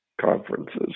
conferences